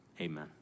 Amen